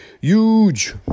Huge